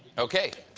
okay,